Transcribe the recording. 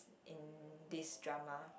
in this drama